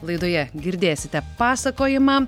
laidoje girdėsite pasakojimą